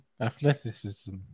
athleticism